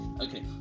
Okay